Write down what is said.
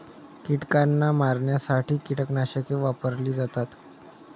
कीटकांना मारण्यासाठी कीटकनाशके वापरली जातात